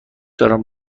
دارم